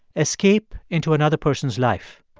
escape into another person's life.